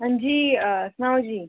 हां जी सनाओ जी